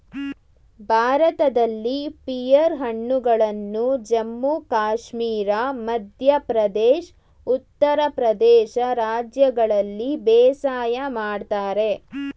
ಭಾರತದಲ್ಲಿ ಪಿಯರ್ ಹಣ್ಣುಗಳನ್ನು ಜಮ್ಮು ಕಾಶ್ಮೀರ ಮಧ್ಯ ಪ್ರದೇಶ್ ಉತ್ತರ ಪ್ರದೇಶ ರಾಜ್ಯಗಳಲ್ಲಿ ಬೇಸಾಯ ಮಾಡ್ತರೆ